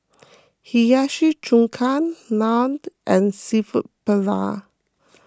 Hiyashi Chuka Naan and Seafood Paella